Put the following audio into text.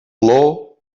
olor